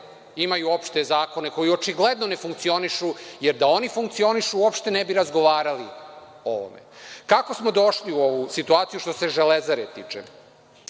imaju opšte zakone koji očigledno ne funkcionišu, jer da oni funkcionišu uopšte ne bi razgovarali o ovome. Kako smo došli u ovu situaciju što se „Železare“ tiče?